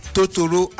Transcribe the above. Totoro